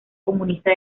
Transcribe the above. comunista